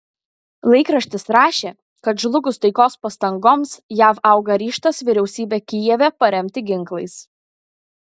laikraštis rašė kad žlugus taikos pastangoms jav auga ryžtas vyriausybę kijeve paremti ginklais